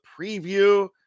Preview